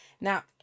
now